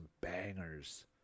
bangers